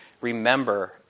remember